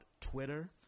Twitter